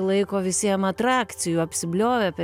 laiko visiem atrakcijų apsibliovė per